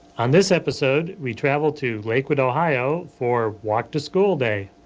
on this episode, we travel to lakewood, ohio, for walk to school day.